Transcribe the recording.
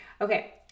okay